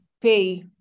pay